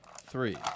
three